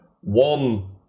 one